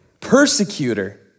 persecutor